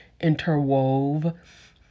interwove